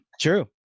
True